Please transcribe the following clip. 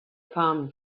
palm